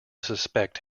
suspect